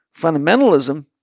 fundamentalism